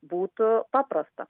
būtų paprasta